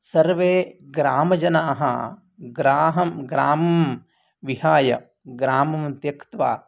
सर्वे ग्रामजनाः ग्रामं ग्रामं विहाय ग्रामं त्यक्त्वा